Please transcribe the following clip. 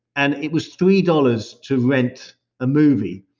and it was three dollars to rent a movie,